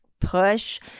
push –